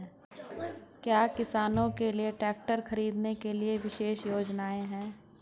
क्या किसानों के लिए ट्रैक्टर खरीदने के लिए विशेष योजनाएं हैं?